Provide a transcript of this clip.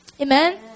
Amen